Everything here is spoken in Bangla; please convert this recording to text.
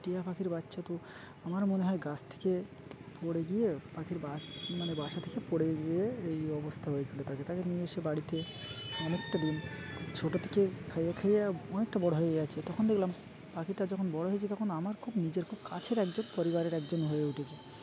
টিয়া পাখির বাচ্চা তো আমার মনে হয় গাছ থেকে পড়ে গিয়ে পাখির মানে বাসা থেকে পড়ে গিয়ে এই অবস্থা হয়েছিলো তাকে তাকে নিয়ে এসে বাড়িতে অনেকটা দিন ছোটো থেকে খাইয়ে খেয়ে অনেকটা বড়ো হয়ে যেছে তখন দেখলাম পাখিটা যখন বড়ো হয়েছে তখন আমার খুব নিজের খুব কাছের একজন পরিবারের একজন হয়ে উঠেছে